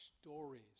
stories